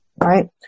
Right